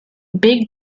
big